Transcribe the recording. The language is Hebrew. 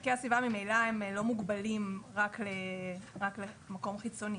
ערכי הסביבה בכל מקרה לא מוגבלים רק למקום חיצוני.